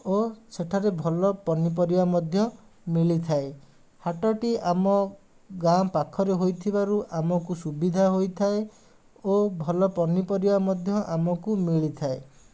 ଓ ସେଠାରେ ଭଲ ପନିପରିବା ମଧ୍ୟ ମିଳିଥାଏ ହାଟଟି ଆମ ଗାଁ ପାଖରେ ହୋଇଥିବାରୁ ଆମକୁ ସୁବିଧା ହୋଇଥାଏ ଓ ଭଲ ପନିପରିବା ମଧ୍ୟ ଆମକୁ ମିଳିଥାଏ